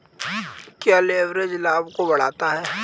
क्या लिवरेज लाभ को बढ़ाता है?